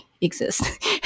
exist